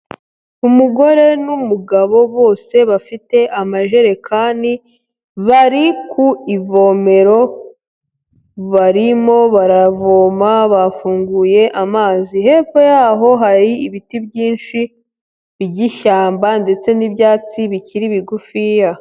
Umugore n'umugabo bose bafite amajerekani, bari ku ivomero barimo baravoma bafunguye amazi, hepfo yaho hari ibiti byinshi iby'ishyamba ndetse n'ibyatsi bikiri bigufiya.